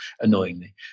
annoyingly